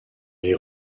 les